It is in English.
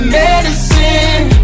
medicine